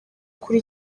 kuri